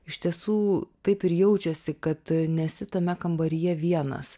iš tiesų taip ir jaučiasi kad nesi tame kambaryje vienas